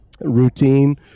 routine